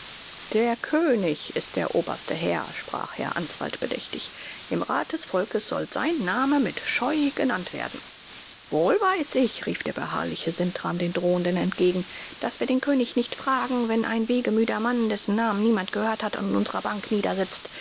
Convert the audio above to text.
der könig ist der oberste herr sprach herr answald bedächtig im rat des volkes soll sein name mit scheu genannt werden wohl weiß ich rief der beharrliche sintram den drohenden entgegen daß wir den könig nicht fragen wenn ein wegemüder mann dessen name niemand gehört hat an unserer bank